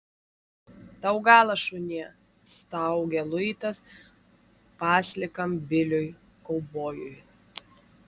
tau galas šunie staugia luitas paslikam biliui kaubojui